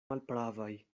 malpravaj